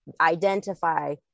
identify